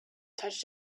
touched